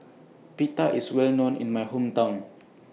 Pita IS Well known in My Hometown